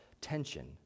tension